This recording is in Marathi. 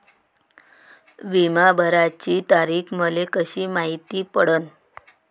बिमा भराची तारीख मले कशी मायती पडन?